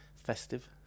Festive